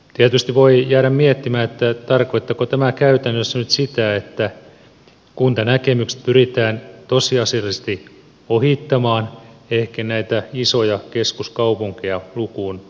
tietysti voi jäädä miettimään tarkoittaako tämä käytännössä nyt sitä että kuntanäkemykset pyritään tosiasiallisesti ohittamaan ehkä näitä isoja keskuskaupunkeja lukuun ottamatta